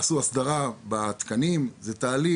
עשו הסדרה בתקנים זה תהליך,